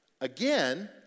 Again